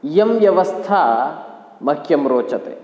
इयं व्यवस्था मह्यं रोचते